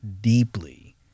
deeply